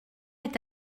est